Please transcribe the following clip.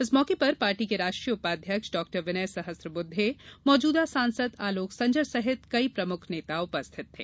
इस मौके पर पार्टी के राष्ट्रीय उपाध्यक्ष डाक्टर विनय सहस्त्रबुद्धे मौजूदा सांसद आलोक संजर सहित कई प्रमुख नेता उपस्थित थे